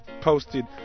posted